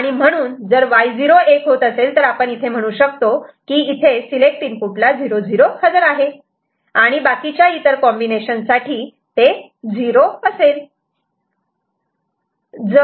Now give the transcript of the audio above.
आणि म्हणून जर Y0 1 होत असेल तर आपण म्हणू शकतो की इथे 0 0 हजर आहे आणि इतर कॉम्बिनेशन साठी ते 0 असेल